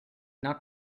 not